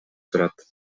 турат